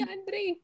Andre